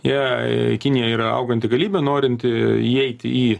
jei kinija yra auganti galybė norinti įeiti į